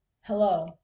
Hello